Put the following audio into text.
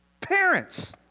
Parents